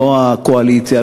לא קואליציה,